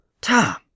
Tom